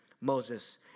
Moses